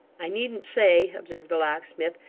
i needn't say observed the locksmith,